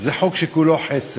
זה חוק שכולו חסד,